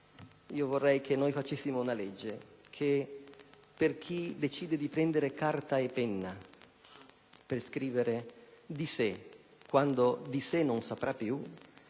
Vorrei che facessimo una legge che, per chi decide di prendere carta e penna per scrivere di sé quando di sé non saprà più,